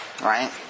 right